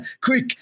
quick